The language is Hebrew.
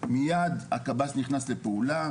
מיד הקב"ס נכנס לפעולה,